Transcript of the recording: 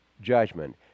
judgment